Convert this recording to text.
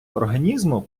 організму